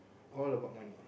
all about money